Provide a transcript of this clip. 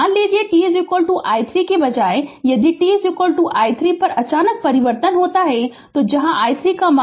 मान लीजिए t i 3 के बजाय यदि t i 3 पर अचानक परिवर्तन होता है जहाँ i 3 0